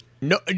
No